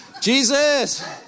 Jesus